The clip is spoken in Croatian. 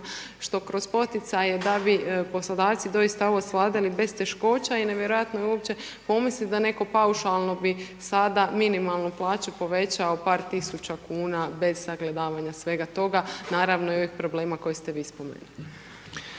što kroz poticaje da bi poslodavci doista ovo svladali bez teškoća i nevjerojatno je uopće pomisliti da netko paušalno bi sada minimalnu plaću povećao par tisuća kuna bez sagledavanja svega toga, naravno i ovih problema koje ste vi spomenuli.